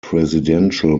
presidential